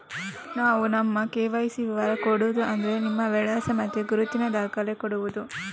ನಾವು ನಮ್ಮ ಕೆ.ವೈ.ಸಿ ವಿವರ ಕೊಡುದು ಅಂದ್ರೆ ನಮ್ಮ ವಿಳಾಸ ಮತ್ತೆ ಗುರುತಿನ ದಾಖಲೆ ಕೊಡುದು